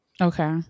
Okay